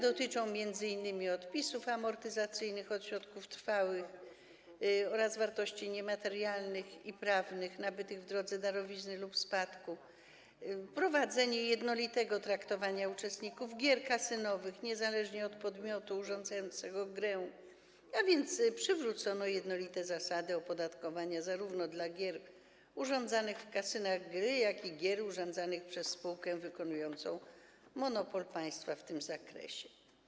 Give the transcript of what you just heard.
Dotyczą one m.in. odpisów amortyzacyjnych od środków trwałych oraz wartości niematerialnych i prawnych nabytych w drodze darowizny lub spadku czy wprowadzenia jednolitego traktowania uczestników gier kasynowych niezależnie od podmiotu urządzającego grę, a więc przywrócono jednolite zasady opodatkowania w odniesieniu zarówno do gier urządzanych w kasynach gry, jak i gier urządzanych przez spółkę wykonującą monopol państwa w tym zakresie.